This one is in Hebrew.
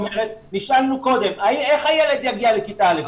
נשאלנו קודם איך הילד יגיע לכיתה א'.